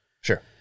Sure